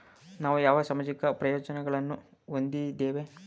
ನಾವು ಯಾವ ಸಾಮಾಜಿಕ ಪ್ರಯೋಜನಗಳನ್ನು ಹೊಂದಿದ್ದೇವೆ?